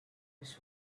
was